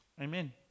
Amen